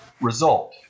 result